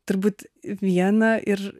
turbūt viena ir